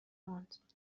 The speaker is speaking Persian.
ماند